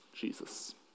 Jesus